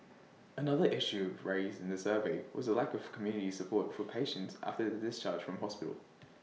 another issue raised in the survey was the lack of community support for patients after their discharge from hospital